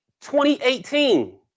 2018